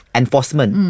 enforcement